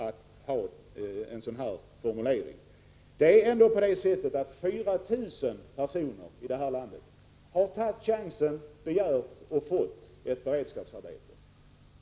Det är ju ändå så, att 4 000 personer i detta land har tagit chansen härvidlag. De har således begärt att få — och har även fått — ett beredskapsarbete.